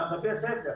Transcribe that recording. עוד מבתי הספר,